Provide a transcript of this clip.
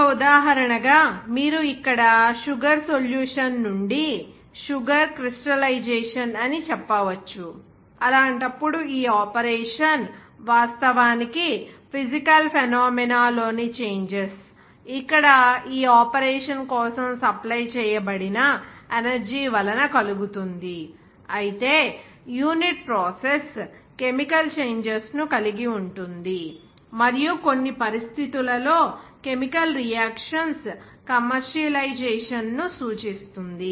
ఒక ఉదాహరణగా మీరు ఇక్కడ షుగర్ సొల్యూషన్ నుండి షుగర్ క్రిస్టలైజేషన్ అని చెప్పవచ్చు అలాంటప్పుడు ఈ ఆపరేషన్ వాస్తవానికి ఫీజికల్ ఫెనోమెన లోని చేంజెస్ ఇక్కడ ఈ ఆపరేషన్ కోసం సప్లై చేయబడిన ఎనర్జీ వలన కలుగుతుంది అయితే యూనిట్ ప్రాసెస్ కెమికల్ చేంజెస్ ను కలిగి ఉంటుంది మరియు కొన్ని పరిస్థితులలో కెమికల్ రియాక్షన్స్ కమర్షియలైజేషన్ ను సూచిస్తుంది